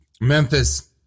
Memphis